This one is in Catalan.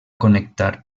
connectar